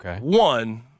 One